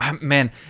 man